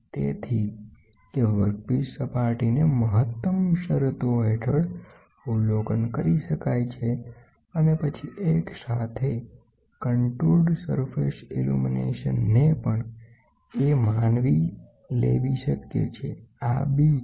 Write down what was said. તેથી કે વર્કપીસ સપાટીને મહત્તમ શરતો હેઠળ અવલોકન કરી શકાય છે અને પછી એક સાથે કન્ટૂર સપાટી ઇલ્યુમીનેશનને પણ A માની લેવી શક્ય છે આ B છે